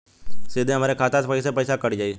सीधे हमरे खाता से कैसे पईसा कट जाई?